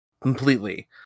completely